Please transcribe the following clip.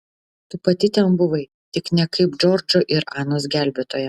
tu pati ten buvai tik ne kaip džordžo ir anos gelbėtoja